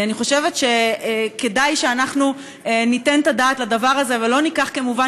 אני חושבת שכדאי שאנחנו ניתן את הדעת על הדבר הזה ולא ניקח כמובן